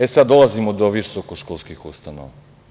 E, sada dolazimo do visokoškolskih ustanova.